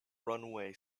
runway